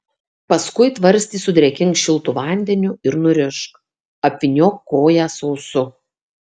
paskui tvarstį sudrėkink šiltu vandeniu ir nurišk apvyniok koją sausu